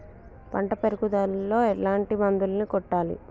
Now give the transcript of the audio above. పంట పెరుగుదలలో ఎట్లాంటి మందులను కొట్టాలి?